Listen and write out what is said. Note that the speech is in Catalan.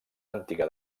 antiga